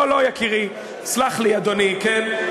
לא לא, יקירי, סלח לי, אדוני, כן?